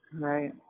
right